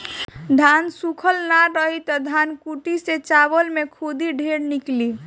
धान सूखल ना रही त धनकुट्टी से चावल में खुद्दी ढेर निकली